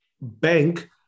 bank